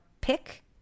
pick